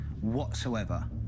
whatsoever